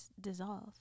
dissolve